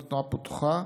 נותרה פתוחה,